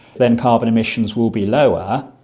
then carbon emissions will be lower.